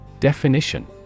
Definition